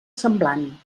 semblant